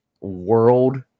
world